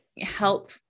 help